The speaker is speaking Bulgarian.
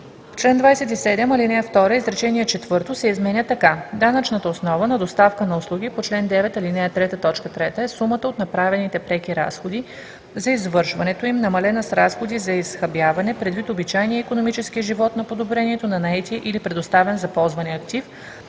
чл. 27, ал. 2 изречение четвърто се изменя така: „Данъчната основа на доставка на услуги по чл. 9, ал. 3, т. 3 е сумата от направените преки разходи за извършването им, намалена с разходи за изхабяване предвид обичайния икономически живот на подобрението на наетия или предоставен за ползване актив,